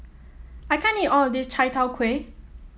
I can't eat all of this Chai Tow Kway